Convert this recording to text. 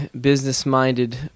business-minded